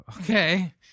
Okay